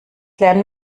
lernen